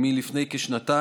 זה לפני כשנתיים,